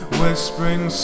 whispering